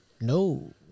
No